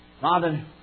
Father